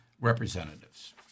representatives